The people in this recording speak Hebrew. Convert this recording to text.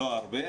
לא הרבה,